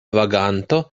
vaganto